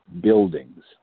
buildings